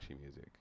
music